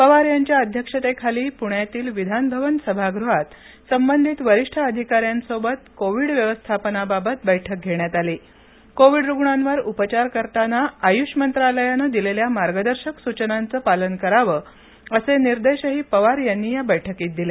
पवार यांच्या अध्यक्षतेखाली प्ण्यातील विधानभवन सभाग़हात संबंधित वरिष्ठ अधिकाऱ्यांसोबत कोविड व्यवस्थापनानबाबत बैठक घेण्यात आली कोविड रुग्णांवर उपचार करताना आय्ष मंत्रालयानं दिलेल्या मार्गदर्शक सूचनांचं पालन करावं असे निर्देशही पवार यांनी या बैठकीत दिले